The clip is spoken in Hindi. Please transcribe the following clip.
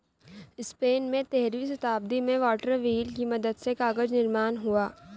स्पेन में तेरहवीं शताब्दी में वाटर व्हील की मदद से कागज निर्माण हुआ